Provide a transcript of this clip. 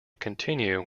continue